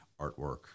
artwork